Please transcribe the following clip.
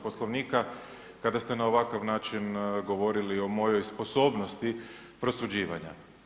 Poslovnika kada ste na ovakav način govorili o mojoj sposobnosti prosuđivanja.